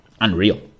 Unreal